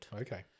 Okay